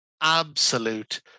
absolute